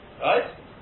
Right